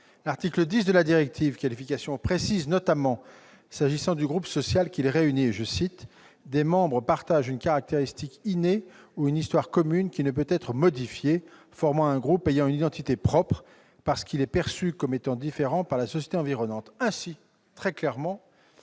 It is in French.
L'article 10 de la directive Qualification précise notamment, s'agissant du groupe social, qu'il réunit des membres partageant « une caractéristique innée ou une histoire commune qui ne peut être modifiée », formant un groupe ayant une « identité propre [...] parce qu'il est perçu comme étant différent par la société environnante ».